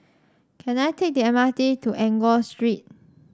can I take the M R T to Enggor Street